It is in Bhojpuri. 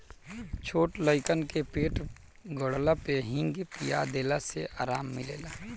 छोट लइकन के पेट गड़ला पे हिंग पिया देला से आराम मिलेला